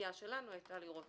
הציפייה שלנו היתה לראות